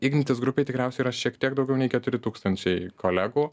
ignitis grupė tikriausiai yra šiek tiek daugiau nei keturi tūkstančiai kolegų